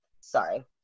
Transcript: Sorry